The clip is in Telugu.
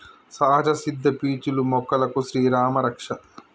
సహజ సిద్ద పీచులు మొక్కలకు శ్రీరామా రక్ష